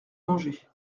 manger